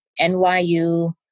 NYU